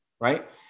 right